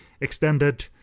extended